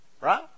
Right